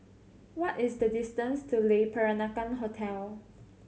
what is the distance to Le Peranakan Hotel